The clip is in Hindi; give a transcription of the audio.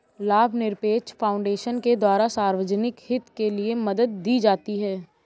लाभनिरपेक्ष फाउन्डेशन के द्वारा सार्वजनिक हित के लिये मदद दी जाती है